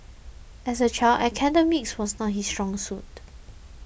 as a child academics was not his strong suit